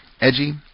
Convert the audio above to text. Edgy